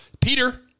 Peter